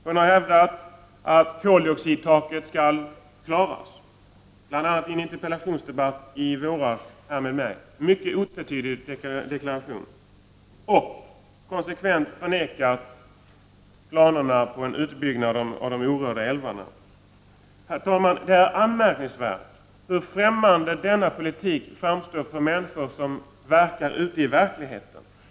Hon har hävdat att koldioxidtaket skall klaras — det har hon sagt bl.a. i en interpellationsdebatt i våras här med mig, och det är en mycket otvetydig deklaration — och konsekvent förnekat att det finns några planer på en utbyggnad av de orörda älvarna. Herr talman! Det är anmärkningsvärt hur ffrämmande denna politik framstår för människor som verkar ute i verkligheten.